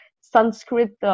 Sanskrit